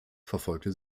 verfolgte